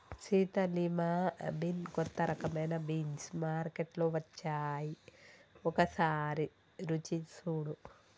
Sita lima bean కొత్త రకమైన beans మార్కేట్లో వచ్చాయి ఒకసారి రుచి సుడు